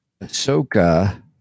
Ahsoka